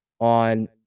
on